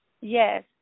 Yes